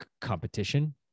competition